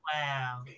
Wow